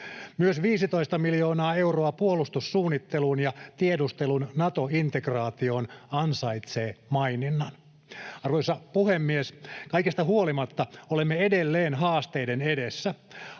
Myös 15 miljoonaa euroa puolustussuunnitteluun ja tiedustelun Nato-integraatioon ansaitsee maininnan. Arvoisa puhemies! Kaikesta huolimatta olemme edelleen haasteiden edessä.